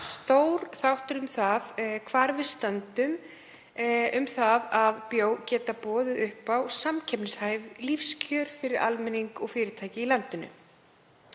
stór þáttur í því hvar við stöndum í því að geta boðið upp á samkeppnishæf lífskjör fyrir almenning og fyrirtæki í landinu.